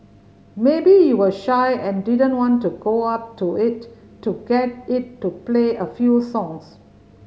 maybe you were shy and didn't want to go up to it to get it to play a few songs